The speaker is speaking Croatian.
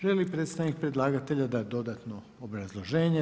Želi li predstavnik predlagatelja dati dodatno obrazloženje?